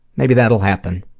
maybe that'll happen.